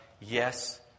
yes